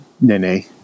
Nene